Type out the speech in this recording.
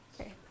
Okay